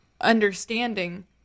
understanding